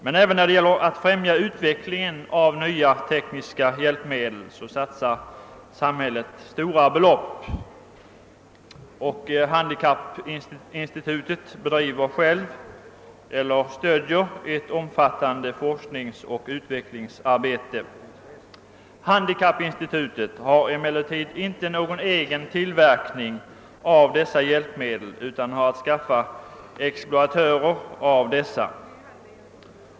Men även när det gäller att främja utvecklingen av nya tekniska hjälpmedel satsar samhället stora belopp. Handikappinstitutet = bedriver självt eller stödjer ett omfattande forskningsoch utvecklingsarbete. Handikappinstitutet har emellertid inte någon egen tillverkning av dessa hjälpmedel utan har att skaffa exploatörer av dessa.